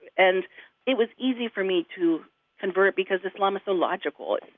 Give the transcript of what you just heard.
and it was easy for me to convert because islam is so logical.